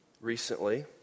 recently